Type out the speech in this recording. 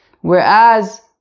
Whereas